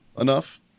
enough